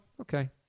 okay